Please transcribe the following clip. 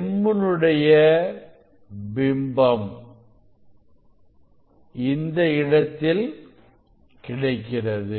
M1 னுடைய பிம்பம் இந்த இடத்தில் கிடைக்கிறது